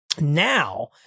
now